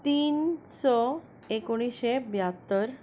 तीन स एकोणिशें ब्यात्तर